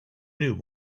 new